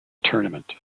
tournament